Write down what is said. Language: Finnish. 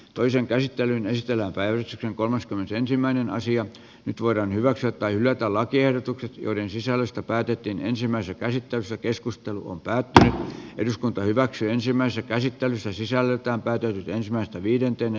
toisen käsittelyn esteenä väyryseen kolmaskymmenesensimmäinen asia nyt voidaan hyväksyä tai hylätä lakiehdotukset joiden sisällöstä päätettiin ensimmäisessä käsittelyssä keskustelu on päättänyt eduskunta hyväksyi ensimmäisen käsittelyssä sisällöltään päätyi ensimmäistä viidentenä